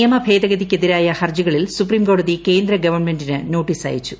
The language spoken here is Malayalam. നിയ്മു ഭേദഗതിക്കെതിരായ ഹർജികളിൽ സുപ്രീംകോടതി കേന്ദ്ര ഗവ്ടൺമെന്റിന് നോട്ടീസ് അയച്ചു